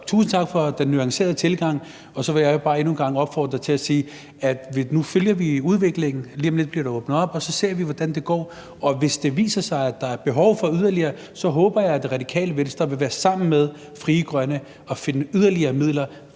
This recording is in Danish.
tusind tak for den nuancerede tilgang. Og så vil jeg bare endnu en gang opfordre til, at nu følger vi udviklingen. Lige om lidt bliver der åbnet op, og så ser vi, hvordan det går, og hvis det viser sig, at der er behov for yderligere, håber jeg, at Radikale Venstre vil være sammen med Frie Grønne om at finde yderligere midler,